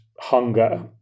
hunger